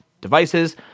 devices